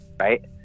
right